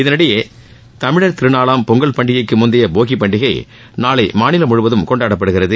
இதனிடையே தமிழர் திருநாளாம் பொங்கல் பண்டிகைக்கு முந்தைய போகி பண்டிகை நாளை மாநிலம் முழுவதும் கொண்டாடப்படுகிறது